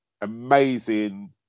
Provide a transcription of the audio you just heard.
amazing